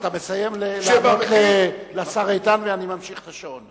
אתה מסיים לענות לשר איתן ואני ממשיך את השעון.